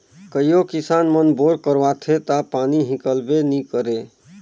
कइयो किसान मन बोर करवाथे ता पानी हिकलबे नी करे